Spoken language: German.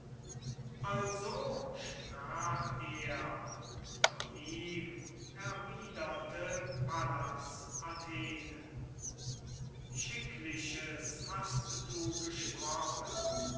also sprach er doch ihm erwiderte pallas athene schickliches hast du gesprochen